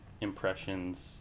impressions